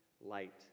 light